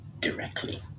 directly